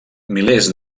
milers